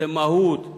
זה מהות,